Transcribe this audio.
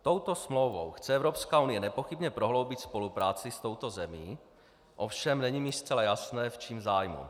Touto smlouvou chce Evropská unie nepochybně prohloubit spolupráci s touto zemí, ovšem není mi zcela jasné, v čím zájmu.